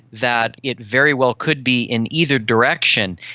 that it very well could be in either direction.